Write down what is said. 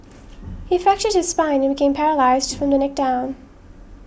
he fractured his spine and became paralysed from the neck down